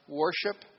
worship